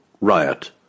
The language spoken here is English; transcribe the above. riot